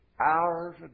hours